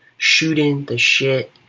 shooting the shit,